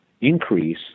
increase